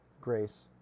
grace